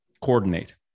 coordinate